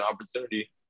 opportunity